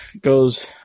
goes